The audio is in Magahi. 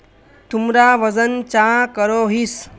तुमरा वजन चाँ करोहिस?